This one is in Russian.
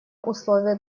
условие